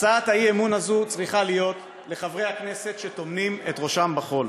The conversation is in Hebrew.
הצעת האי-אמון הזאת צריכה להיות לחברי הכנסת שטומנים את ראשם בחול.